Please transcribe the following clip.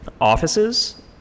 offices